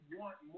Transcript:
want